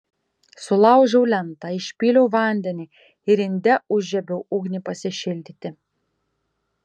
sulaužiau lentą išpyliau vandenį ir inde užžiebiau ugnį pasišildyti